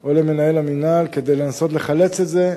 או למנהל המינהל, כדי לנסות לחלץ את זה.